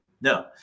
No